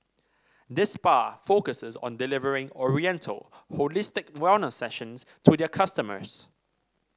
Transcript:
this spa focuses on delivering oriental holistic wellness sessions to their customers